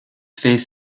fait